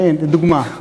לדוגמה,